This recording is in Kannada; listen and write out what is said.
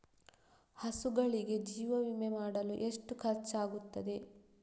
ಹಸುಗಳಿಗೆ ಜೀವ ವಿಮೆ ಮಾಡಲು ಎಷ್ಟು ಖರ್ಚಾಗುತ್ತದೆ?